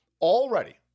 Already